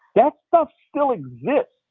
that stuff still exists,